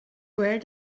where